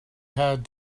had